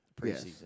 Preseason